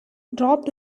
dropped